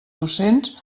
docents